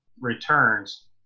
returns